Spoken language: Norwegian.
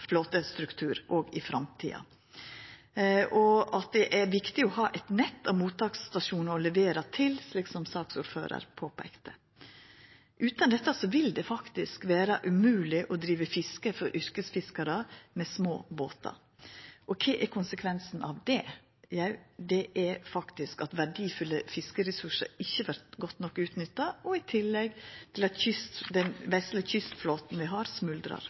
flåtestruktur òg i framtida, og at det er viktig å ha eit nett av mottaksstasjonar å levera til, slik som saksordføraren påpeikte. Utan dette vil det faktisk vera umogleg å driva fiske for yrkesfiskarar med små båtar. Kva er konsekvensen av det? Det er faktisk at verdifulle fiskeressursar ikkje vert godt nok utnytta, og i tillegg at den vesle kystflåten vi har, smuldrar